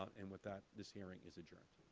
and with that, this hearing is adjourned.